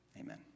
Amen